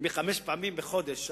מחמש פעמים בחודש.